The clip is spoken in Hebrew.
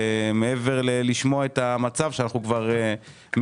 מעבר לזה שנרצה לשמוע את המצב שאנחנו כבר מכירים,